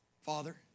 Father